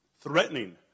threatening